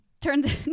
Turns